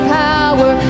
power